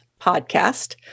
podcast